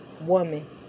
woman